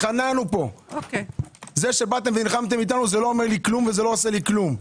זה שנלחמתם אתנו זה לא עושה לי כלום.